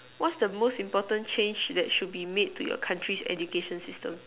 what's the most important change that should be made to your country's education system